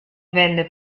venne